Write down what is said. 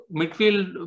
midfield